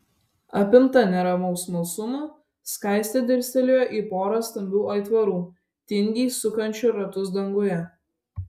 apimta neramaus smalsumo skaistė dirstelėjo į porą stambių aitvarų tingiai sukančių ratus danguje